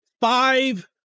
five